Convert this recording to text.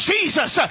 Jesus